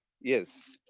Yes